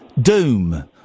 Doom